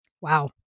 Wow